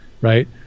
right